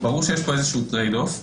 ברור שיש איזשהו Trade-off.